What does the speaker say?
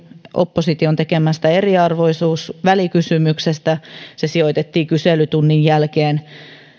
opposition tekemästä eriarvoisuusvälikysymyksestä se sijoitettiin kyselytunnin jälkeen